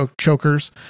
chokers